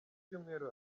cyumweru